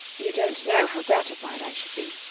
you don't know how gratified i should be.